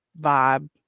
vibe